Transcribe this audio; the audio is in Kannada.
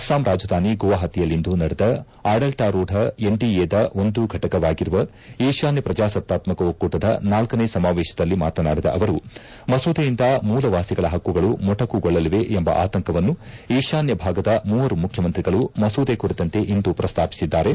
ಅಸ್ಲಾಂ ರಾಜಧಾನಿ ಗುವಾಹತಿಯಲ್ಲಿಂದು ನಡೆದ ಆಡಳಿತಾರೂಢ ಎನ್ಡಿಎದ ಒಂದು ಘಟಕವಾಗಿರುವ ಈಶಾನ್ನ ಪ್ರಜಾಸತ್ತಾತ್ಕಕ ಒಕ್ಕೂಟದ ನಾಲ್ಲನೇ ಸಮಾವೇಶದಲ್ಲಿ ಮಾತನಾಡಿದ ಅವರು ಮಸೂದೆಯಿಂದ ಮೂಲ ವಾಸಿಗಳ ಹಕ್ಕುಗಳು ಮೊಟಕುಗೊಳ್ಳಲಿವೆ ಎಂಬ ಆತಂಕವನ್ನು ಈಶಾನ್ಯ ಭಾಗದ ಮೂವರು ಮುಖ್ಯಮಂತ್ರಿಗಳು ಮಸೂದೆ ಕುರಿತಂತೆ ಇಂದು ಪ್ರಸ್ತಾಪಿಸಿದ್ದಾರೆ